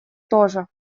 тоже